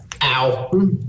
Ow